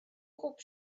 خوب